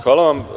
Hvala vam.